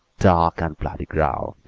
dark and bloody ground! sh